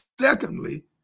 secondly